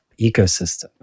ecosystem